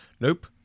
Nope